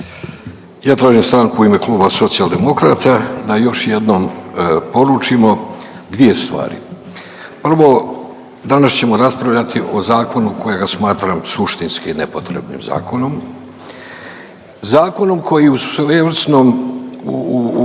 Ja tražim stanku u ime kluba Socijaldemokrata da još jednom odlučimo dvije stvari. Prvo, danas ćemo raspravljati o zakonu kojega smatram suštinski nepotrebnim zakonom, zakonom koji u svojevrsnom,